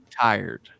tired